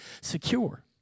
secure